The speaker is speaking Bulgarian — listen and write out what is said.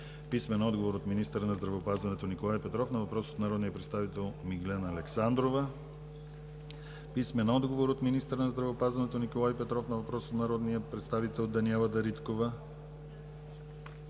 Стойнев; – от министъра на здравеопазването Николай Петров на въпрос от народния представител Миглена Александрова; – от министъра на здравеопазването Николай Петров на въпрос от народния представител Даниела Дариткова;